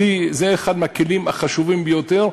זה אחד הכלים החשובים ביותר,